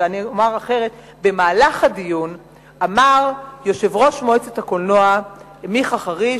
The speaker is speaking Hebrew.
אני אומר אחרת: במהלך הדיון יושב-ראש מועצת הקולנוע מיכה חריש,